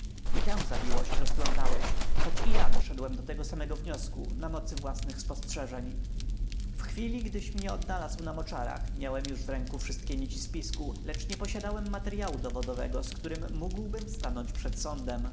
i tę zawiłość rozplątałeś choć i ja doszedłem do tego samego wyniku na mocy własnych spostrzeżeń w chwili gdyś mnie odnalazł na moczarach miałem już w ręku wszystkie nici spisku lecz nie posiadałem materyału dowodowego z którym mógłbym stanąć przed sądem